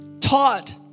taught